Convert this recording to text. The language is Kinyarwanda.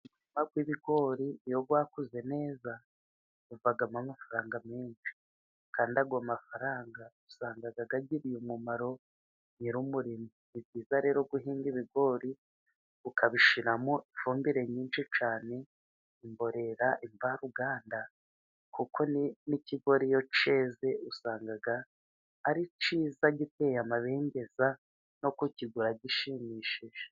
Igihingwa cy'ibigori iyo byakuze neza havamo amafaranga menshi, kandi ayo mafaranga usanga agiriye umumaro nyir'umurima. Ni byiza rero guhinga ibigori ukabishyiramo ifumbire nyinshi cyane: imborera imvaruganda, kuko n'ikigori iyo cyeze usanga ari cyiza giteye amabengeza no kukigura gishimishije.